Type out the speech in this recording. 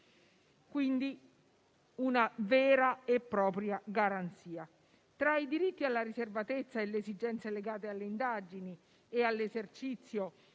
quindi una vera e propria garanzia. Tra i diritti alla riservatezza e le esigenze legate alle indagini e all'esercizio